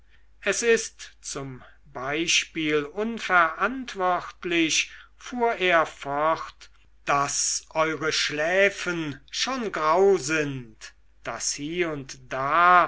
es ist zum beispiel unverantwortlich fuhr er fort daß eure schläfe schon grau sind daß hie und da